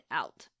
out